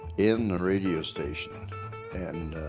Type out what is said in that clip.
in the radio station and